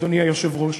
אדוני היושב-ראש,